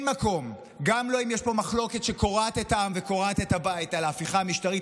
גם לא אם יש פה מחלוקת שקורעת את העם וקורעת את הבית על ההפיכה המשטרית,